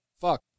Fuck